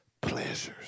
pleasures